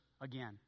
again